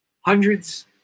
hundreds